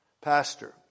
Pastor